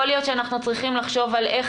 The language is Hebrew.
יכול להיות שאנחנו צריכים לחשוב על איך